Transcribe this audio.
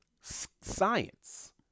science